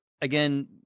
again